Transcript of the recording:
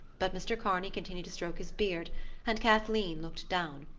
but mr. kearney continued to stroke his beard and kathleen looked down,